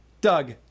Doug